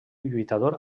lluitador